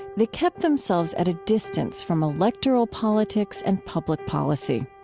they kept themselves at a distance from electoral politics and public policy.